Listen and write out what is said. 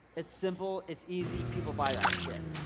it's simple, it's easy, people buy that shit.